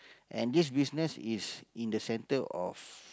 and this business is in the center of